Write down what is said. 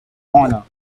honor